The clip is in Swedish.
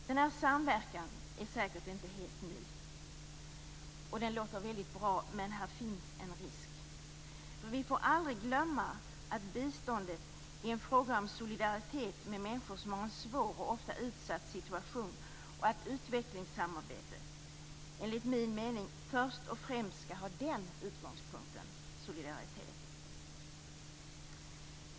Denna samverkan är säkert inte helt ny. Den låter väldigt bra, men här finns en risk. Vi får aldrig glömma att biståndet är en fråga om solidaritet med människor som har en svår och ofta utsatt situation. Utvecklingssamarbetet skall också enligt min mening först och främst ha den utgångspunkten: solidaritet.